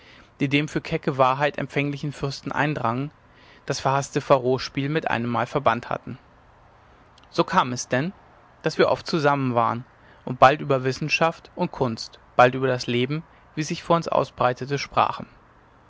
die dem für kecke wahrheit empfänglichen fürsten eindrangen das verhaßte pharospiel mit einemmal verbannt hatten so kam es denn daß wir oft zusammen waren und bald über wissenschaft und kunst bald über das leben wie es sich vor uns ausbreitete sprachen